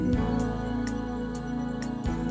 love